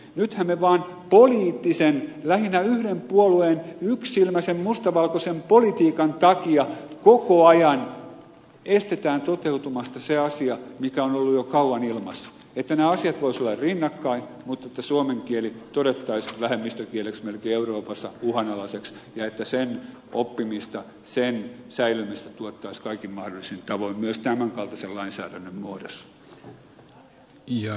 nythän me vaan lähinnä yhden puolueen yksisilmäisen mustavalkoisen politiikan takia koko ajan estämme toteutumasta sen asian mikä on ollut jo kauan ilmassa että nämä asiat voisivat olla rinnakkain mutta että suomen kieli todettaisiin vähemmistökieleksi euroopassa melkein uhanalaiseksi ja että sen oppimista sen säilymistä tuettaisiin kaikin mahdollisin tavoin myös tämän kaltaisen lainsäädännön muodossa